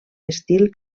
estil